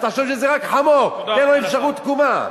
אז תחשוב שזה רק חמור, תן לן אפשרות תקומה.